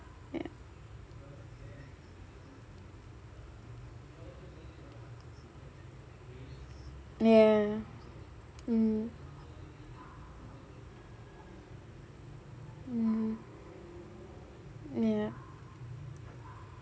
ya ya mmhmm mm ya